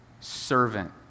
servant